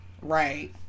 Right